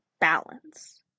balance